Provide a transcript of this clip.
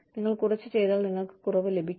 നിങ്ങൾ കുറച്ച് ചെയ്താൽ നിങ്ങൾക്ക് കുറവ് ലഭിക്കും